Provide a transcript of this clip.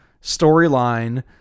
storyline